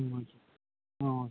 ம் ஓகே ம் ஓகே